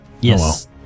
Yes